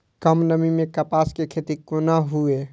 कम नमी मैं कपास के खेती कोना हुऐ?